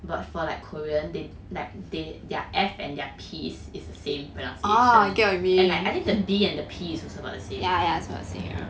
but for like korean they like they their F and their P is the same pronounciation I think like the B and the P is about the same